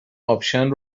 آپشن